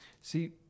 See